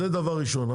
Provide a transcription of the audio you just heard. זה דבר ראשון.